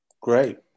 Great